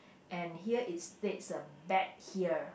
and here it states uh bet here